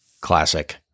classic